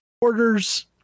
orders